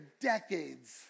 decades